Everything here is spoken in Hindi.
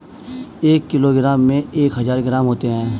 एक किलोग्राम में एक हजार ग्राम होते हैं